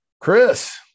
Chris